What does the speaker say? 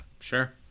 Sure